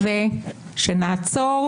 שאומרות שבית המשפט ממילא משויך לצד אחד,